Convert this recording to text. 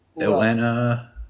Atlanta